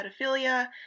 pedophilia